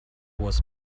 was